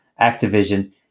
Activision